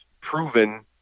proven